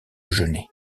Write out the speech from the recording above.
genêts